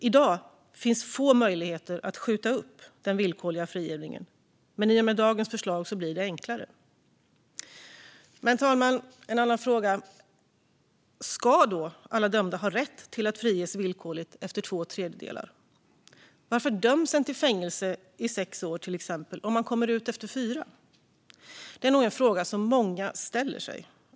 I dag finns få möjligheter att skjuta upp den villkorliga frigivningen, men i och med dagens förslag blir det enklare. Men, fru talman, ska då alla dömda ha rätt att friges villkorligt efter två tredjedelar? Varför döms man till fängelse i sex år, till exempel, om man kommer ut efter fyra? Det är nog frågor som många ställer sig.